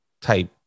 type